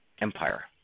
Empire